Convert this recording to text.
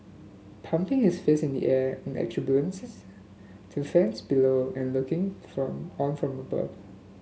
pumping his fist in the air in exuberances to fans below and looking from on from above